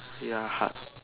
ya hard